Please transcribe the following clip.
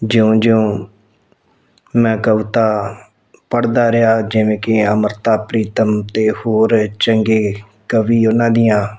ਜਿਉਂ ਜਿਉਂ ਮੈਂ ਕਵਿਤਾ ਪੜ੍ਹਦਾ ਰਿਹਾ ਜਿਵੇਂ ਕਿ ਅੰਮ੍ਰਿਤਾ ਪ੍ਰੀਤਮ ਅਤੇ ਹੋਰ ਚੰਗੇ ਕਵੀ ਉਹਨਾਂ ਦੀਆਂ